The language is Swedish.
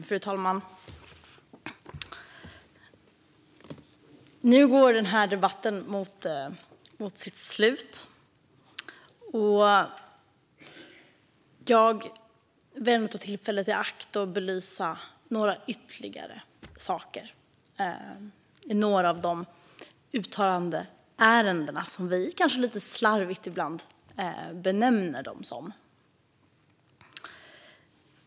Fru talman! Nu går den här debatten mot sitt slut, och jag väljer att ta tillfället i akt att belysa ytterligare några av uttalandeärendena, som vi kanske lite slarvigt ibland benämner dem.